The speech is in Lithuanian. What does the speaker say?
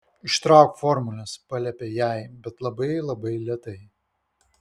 ištrauk formules paliepė jai bet labai labai lėtai